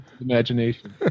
imagination